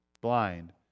blind